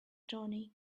johnny